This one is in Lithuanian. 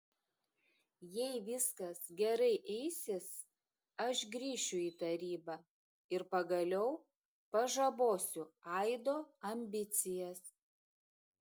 jei viskas gerai eisis aš grįšiu į tarybą ir pagaliau pažabosiu aido ambicijas